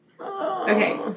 okay